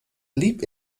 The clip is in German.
blieb